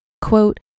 Quote